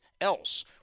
else